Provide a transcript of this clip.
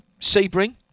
Sebring